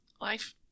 Life